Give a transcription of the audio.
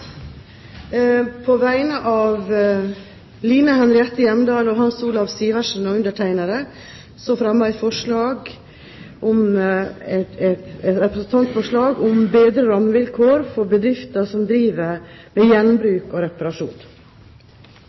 På vegne av representantene Line Henriette Hjemdal, Hans Olav Syversen og undertegnede fremmer jeg et representantforslag om bedre rammevilkår for bedrifter som driver med gjenbruk og reparasjon.